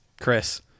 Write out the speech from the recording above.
Chris